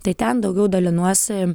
tai ten daugiau dalinuosi